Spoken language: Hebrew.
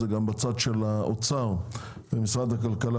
זה גם בצד של האוצר ומשרד הכלכלה,